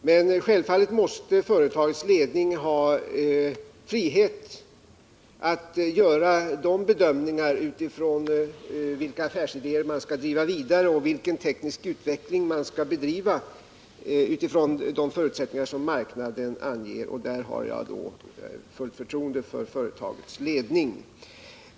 Men självfallet måste företagets ledning ha frihet att göra de bedömningar av vilka affärsidéer man skall driva vidare och av vilken teknisk utveckling man skall satsa på som kan göras utifrån de förutsättningar som marknaden anger. Jag vill säga att jag i det avseendet har fullt förtroende för företagets ledning.